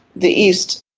the east.